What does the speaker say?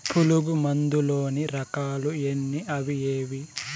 పులుగు మందు లోని రకాల ఎన్ని అవి ఏవి?